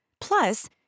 Plus